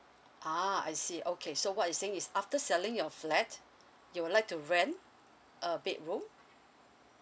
ah I see okay so what you're saying is after selling your flat you would like to rent a bedroom